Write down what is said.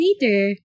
later